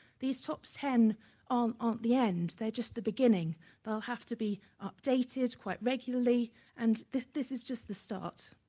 these top ten um aren't the end, they're just the beginning they will have to be updated quite regularly and this this is just the start,